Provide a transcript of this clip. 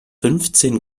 fünfzehn